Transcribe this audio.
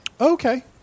Okay